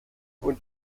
und